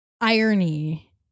irony